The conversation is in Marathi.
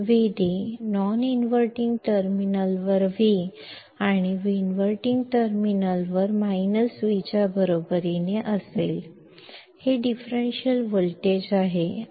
व्हीडी नॉन इनव्हर्टिंग टर्मिनलवर व्ही आणि इन्व्हर्टिंग टर्मिनलवर V च्या बरोबरीचे असेल हे डिफरेंशियल व्होल्टेज आहे